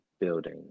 building